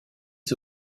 the